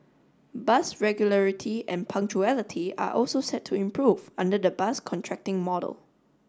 bus regularity and punctuality are also set to improve under the bus contracting model